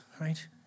right